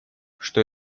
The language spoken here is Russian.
что